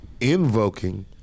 invoking